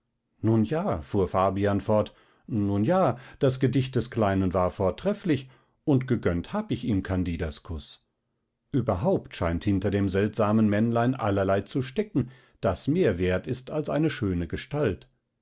nun ja fuhr fabian fort nun ja das gedicht des kleinen war vortrefflich und gegönnt hab ich ihm candidas kuß überhaupt scheint hinter dem seltsamen männlein allerlei zu stecken das mehr wert ist als eine schöne gestalt